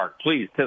please